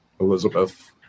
Elizabeth